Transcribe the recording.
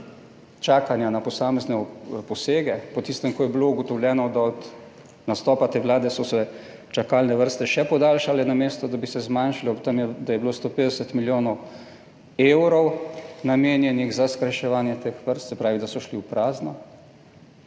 čakanja na posamezne posege, po tistem, ko je bilo ugotovljeno, da od nastopa te Vlade so se čakalne vrste še podaljšale, namesto da bi se zmanjšale, ob tem da je bilo 150 milijonov evrov namenjenih za skrajševanje teh vrst, se pravi, da so šli v prazno,